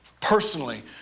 personally